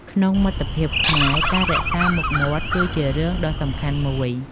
ក្នុងមិត្តភាពខ្មែរ ការរក្សាមុខមាត់គឺជារឿងដ៏សំខាន់មួយ។